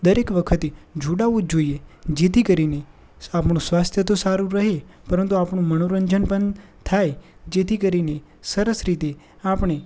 દરેક વખતે જોડાવવું જ જોઇએ જેથી કરીને આપણું સ્વાસ્થ્ય તો સારું રહે પરંતુ આપણું મનોરંજન પણ થાય છે જેથી કરીને સરસ રીતે આપણે